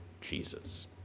Jesus